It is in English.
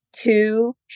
Two